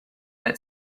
that